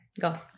go